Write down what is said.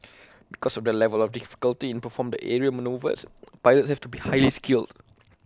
because of the level of difficulty in performing the aerial manoeuvres pilots have to be highly skilled